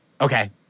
Okay